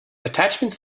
attachment